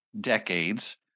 decades